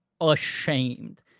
ashamed